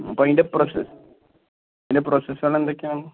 അപ്പം അതിൻ്റെ പ്രൊസ അതിൻ്റെ പ്രൊസസ്സകൾ എന്തൊക്കെയാണ്